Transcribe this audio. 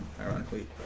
ironically